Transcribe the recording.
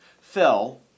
fell